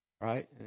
right